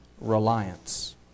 reliance